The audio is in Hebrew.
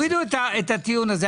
תורידו את הטיעון הזה.